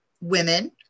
women